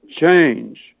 change